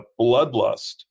bloodlust